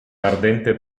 ardente